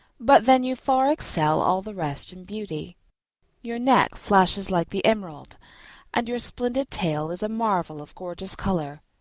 but then you far excel all the rest in beauty your neck flashes like the emerald and your splendid tail is a marvel of gorgeous colour.